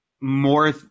more